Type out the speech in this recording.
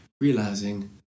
realizing